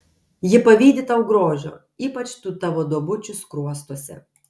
ji pavydi tau grožio ypač tų tavo duobučių skruostuose